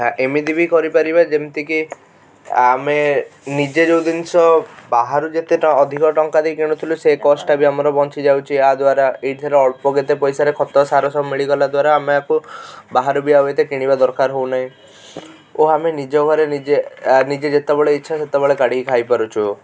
ଆ ଏମିତି ବି କରିପାରିବା ଯେମିତିକି ଆମେ ନିଜେ ଯେଉଁ ଜିନିଷ ବାହାରୁ ଯେତେ ଟ ଅଧିକ ଟଙ୍କା ଦେଇକି କିଣୁଥିଲୁ ସେଇ କଷ୍ଟ୍ ଟା ବି ଆମର ବଞ୍ଚିଯାଉଛି ୟା ଦ୍ଵାରା ଏଥିରେ ଅଳ୍ପ କେତେ ପାଇସାରେ ଖତ ସାର ସବୁ ମିଳିଗଲା ଦ୍ଵାରା ଆମେ ଆକୁ ବାହାରୁ ବି ଆଉ ଏତେ କିଣିବା ଦରକାର ହଉ ନାହିଁ ଓ ଆମେ ନିଜ ଘରେ ନିଜେ ନିଜେ ଯେତେବେଳେ ଇଛା ସେତେବେଳେ କାଢ଼ିକି ଖାଇ ପାରୁଛୁ